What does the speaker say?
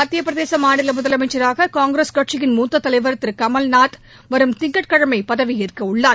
மத்திய பிரதேச முதலமைச்சராக காங்கிரஸ் கட்சியின் மூத்த தலைவர் திரு கமல்நாத் வரும் திங்கட்கிழமை பதவியேற்கவுள்ளார்